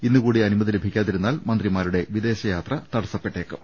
ഇന്നു കൂടി അനുമതി ലഭിക്കാതിരുന്നാൽ മന്ത്രിമാരുടെ വിദേശ യാത്ര തടസപ്പെട്ടേക്കും